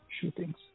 shootings